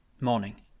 morning